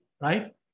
Right